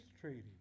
treaty